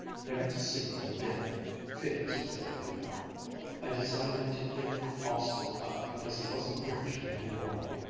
never to see him again felix was there, you know i'd decided to give austin up because he wasn't rich any more.